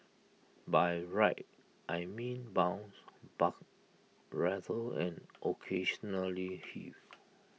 by ride I mean bounce buck rattle and occasionally heave